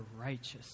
righteous